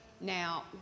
Now